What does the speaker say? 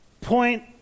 point